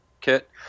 kit